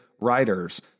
writers